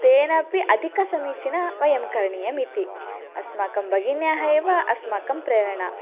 तेनापि अधिकसमीचीनं वयं करणीयम् इति अस्माकं भगिन्यः एव अस्माकं प्रेरणा